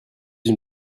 une